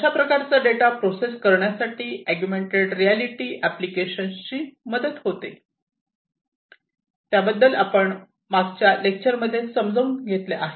अशा प्रकारचा data process करण्यासाठी अगुमेंन्टेड रियालिटी एप्लिकेशनची मदत होते त्याबद्दल आपण मागच्या लेक्चर मध्ये समजून घेतले आहे